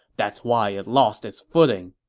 that's why it lost its footing.